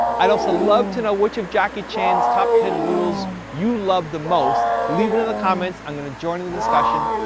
i'd also love to know which of jackie chan's top ten rules you loved the most. leave it in the comments, i'm going to join in on the discussion.